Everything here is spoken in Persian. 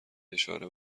اشاره